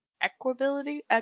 equability